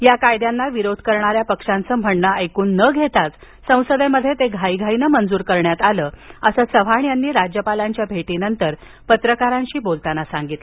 या कायद्यांना विरोध करणाऱ्या पक्षांचं म्हणणं ऐकून न घेताच संसदेत ते घाईघाईनं मंजूर करण्यात आले असं चव्हाण यांनी राज्यपालांच्या भेटीनंतर पत्रकारांशी बोलताना सांगितलं